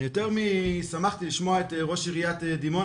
ואני יותר משמחתי לשמוע את ראש עירית דימונה,